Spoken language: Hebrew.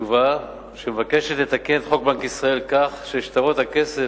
חשובה שמבקשת לתקן את חוק בנק ישראל כך ששטרות הכסף